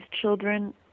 children